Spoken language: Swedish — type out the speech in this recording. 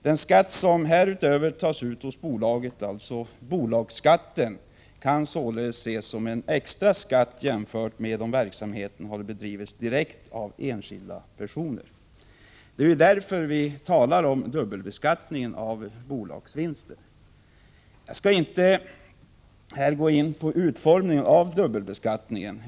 Den skatt som härutöver tas ut hos bolaget, bolagsskatten, kan således ses som en extra skatt jämfört med om verksamheten hade bedrivits direkt av enskilda personer. Det är ju därför vi talar om dubbelbeskattning av bolagsvinster. Jag skall inte här gå in på utformningen av dubbelbeskattningen.